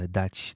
dać